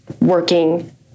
working